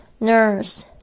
Nurse